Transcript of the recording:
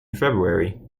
february